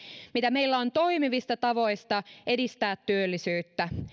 mitä meillä on toimivista tavoista edistää työllisyyttä